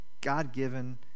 God-given